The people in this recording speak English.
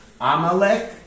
Amalek